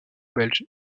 belge